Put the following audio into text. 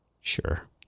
Sure